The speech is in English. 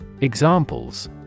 Examples